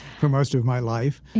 for most of my life.